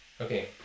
Okay